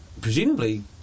Presumably